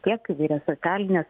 tiek įvairias socialines